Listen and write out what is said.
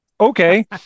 Okay